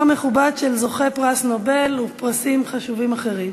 מכובד של זוכי פרס נובל ופרסים חשובים אחרים.